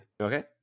okay